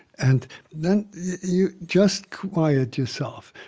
and then you just quiet yourself.